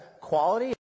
quality